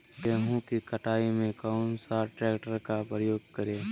गेंहू की कटाई में कौन सा ट्रैक्टर का प्रयोग करें?